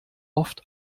oft